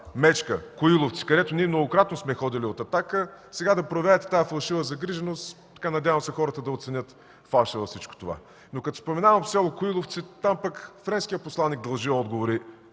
Мечка, Коиловци, където ние от „Атака“ многократно сме ходили, сега – да проявявате тази фалшива загриженост, надявам се хората да оценят фалша във всичко това. Но като споменавам село Коиловци – там пък френският посланик дължи отговори: